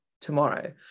tomorrow